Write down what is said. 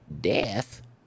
death